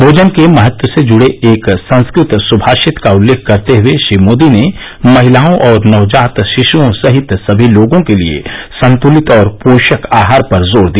भोजन के महत्व से जुड़े एक संस्कृत सुभाषित का उल्लेख करते हुए श्री मोदी ने महिलाओं और नवजात शिशुओं सहित सभी लोगों के लिए संतुलित और पोषक आहार पर जोर दिया